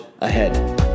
ahead